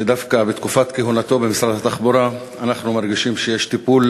ודווקא בתקופת כהונתו במשרד התחבורה אנחנו מרגישים שיש טיפול